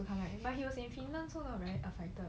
ya but he was in finland